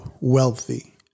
wealthy